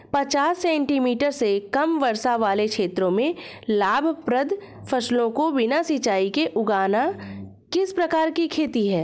पचास सेंटीमीटर से कम वर्षा वाले क्षेत्रों में लाभप्रद फसलों को बिना सिंचाई के उगाना किस प्रकार की खेती है?